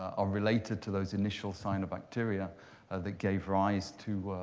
are related to those initial cyanobacteria that gave rise to